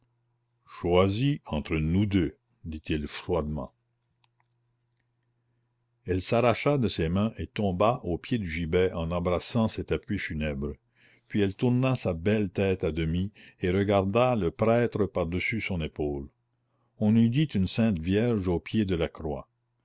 choisis entre nous deux dit-il froidement elle s'arracha de ses mains et tomba au pied du gibet en embrassant cet appui funèbre puis elle tourna sa belle tête à demi et regarda le prêtre par-dessus son épaule on eût dit une sainte vierge au pied de la croix